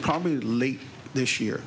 probably late this year